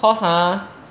cause ah